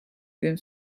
gün